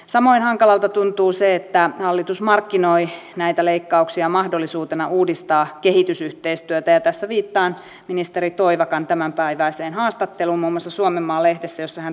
samoin hankalalta tuntuu se että hallitus markkinoi näitä leikkauksia mahdollisuutena uudistaa kehitysyhteistyötä ja tässä viittaan ministeri toivakan tämänpäiväiseen haastatteluun muun muassa suomenmaa lehdessä jossa hän toteaa